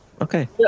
okay